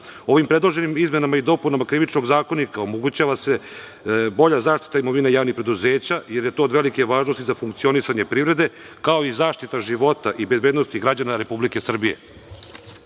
predloženim izmenama i dopunama KZ omogućava se bolja zaštita imovine javnih preduzeća, jer je to od velike važnosti za funkcionisanje privrede, kao i zaštita života i bezbednosti građana Republike Srbije. Na